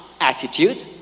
attitude